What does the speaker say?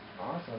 Awesome